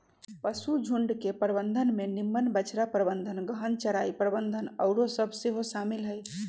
पशुझुण्ड के प्रबंधन में निम्मन बछड़ा प्रबंधन, गहन चराई प्रबन्धन आउरो सभ सेहो शामिल हइ